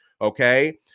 okay